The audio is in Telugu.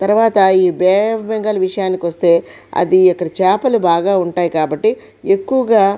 తరువాత ఈ ఈ బే ఆఫ్ బెంగాల్ విషయానికి వస్తే అది ఇక్కడ చేపలు బాగా ఉంటాయి కాబట్టి ఎక్కువగా